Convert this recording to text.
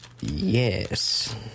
Yes